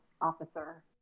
officer